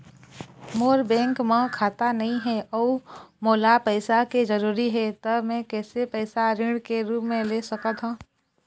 मोर bank म खाता नई हे अउ मोला पैसा के जरूरी हे त मे कैसे पैसा ऋण के रूप म ले सकत हो?